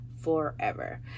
forever